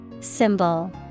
Symbol